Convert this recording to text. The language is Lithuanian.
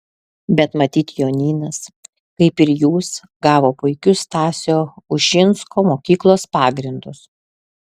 bet matyt jonynas kaip ir jūs gavo puikius stasio ušinsko mokyklos pagrindus